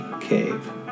cave